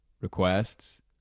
requests